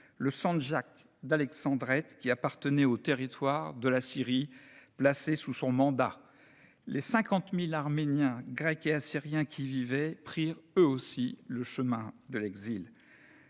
le sandjak d'Alexandrette qui appartenait au territoire de la Syrie placée sous son mandat. Les 50 000 Arméniens, Grecs et Assyriens qui y vivaient prirent eux aussi le chemin de l'exil.